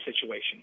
situation